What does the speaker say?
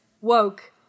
woke